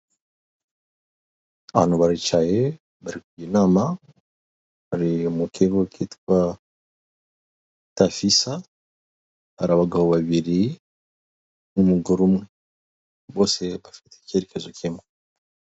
U Rwanda rufite intego yo kongera umukamo n'ibikomoka ku matungo, niyo mpamvu amata bayakusanyiriza hamwe, bakayazana muri kigali kugira ngo agurishwe ameze neza yujuje ubuziranenge.